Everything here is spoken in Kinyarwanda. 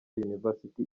university